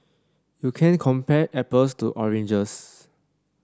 you can't compare apples to oranges